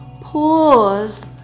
Pause